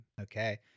Okay